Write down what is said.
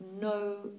no